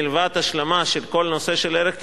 מלבד השלמה של כל הנושא של ערך כינון,